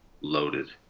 Loaded